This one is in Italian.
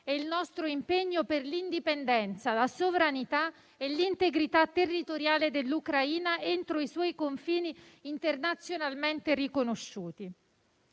e il nostro impegno per l'indipendenza, la sovranità e l'integrità territoriale dell'Ucraina entro i suoi confini internazionalmente riconosciuti.